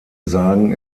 sagen